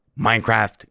Minecraft